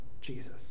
Jesus